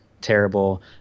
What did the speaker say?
terrible